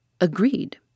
Agreed